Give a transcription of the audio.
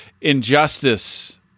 injustice